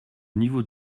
niveau